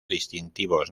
distintivos